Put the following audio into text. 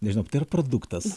nežinau tai yra produktas